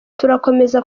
turakomeza